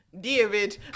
david